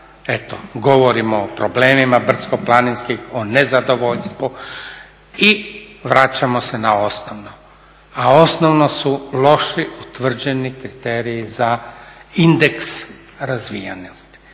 govorimo o problemima brdsko-planinskih, o nezadovoljstvu i vraćamo se na osnovno, a osnovno su loši utvrđeni kriteriji za indeks razvijenosti.